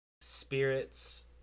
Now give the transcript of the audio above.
spirits